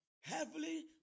Heavily